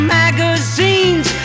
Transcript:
magazines